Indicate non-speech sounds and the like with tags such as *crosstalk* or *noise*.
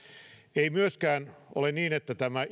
ei myöskään ole niin että tämä *unintelligible*